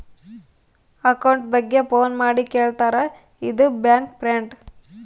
account ಬಗ್ಗೆ phone ಮಾಡಿ ಕೇಳ್ತಾರಾ ಇದು ಬ್ಯಾಂಕ್ ಫ್ರಾಡ್